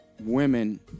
women